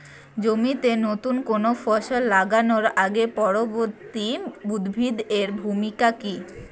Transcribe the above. জমিতে নুতন কোনো ফসল লাগানোর আগে পূর্ববর্তী উদ্ভিদ এর ভূমিকা কি?